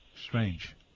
Strange